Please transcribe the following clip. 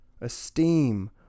esteem